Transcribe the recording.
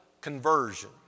conversion